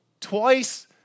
Twice